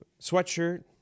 sweatshirt